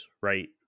Right